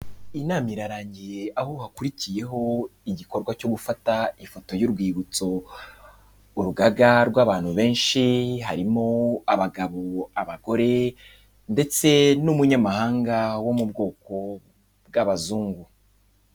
Inama irarangiye aho hakurikiyeho igikorwa cyo gufata ifoto y'urwibutso, urugaga rw'abantu benshi, harimo abagabo, abagore ndetse n'umunyamahanga wo mu bwoko bw'abazungu.